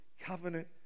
covenant